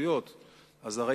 דברי